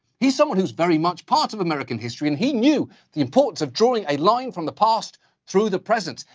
he's someone who's very much a part of american history, and he knew the importance of drawing a line from the past through the present.